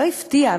לא הפתיע,